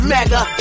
Mega